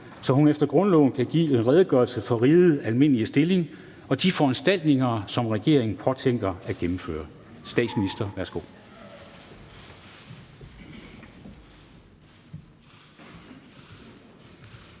så hun efter grundloven kan give en redegørelse for rigets almindelige stilling og de foranstaltninger, som regeringen påtænker at gennemføre. Værsgo